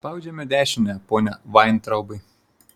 spaudžiame dešinę pone vaintraubai